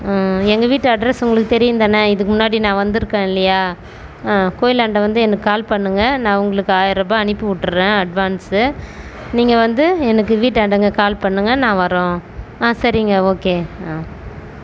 எங்கள் வீட்டு அட்ரெஸு உங்களுக்குத் தெரியுந்தானே இதுக்கு முன்னாடி நான் வந்துருக்கேன் இல்லையா ஆ கோயிலாண்ட வந்து எனக்கு கால் பண்ணுங்கள் நான் உங்களுக்கு ஆயரருபா அனுப்பி விடுறேன் அட்வான்சு நீங்கள் வந்து எனக்கு வீட்டாடங்க கால் பண்ணுங்கள் நான் வரோம் ஆ சரிங்க ஓகே